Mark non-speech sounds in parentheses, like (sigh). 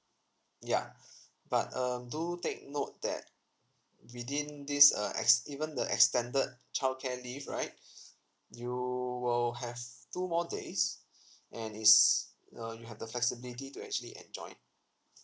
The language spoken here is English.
yeah (breath) but um do take note that within this uh ex~ even the extended childcare leave right (breath) you will have two more days (breath) and is uh you have the flexibility to actually enjoined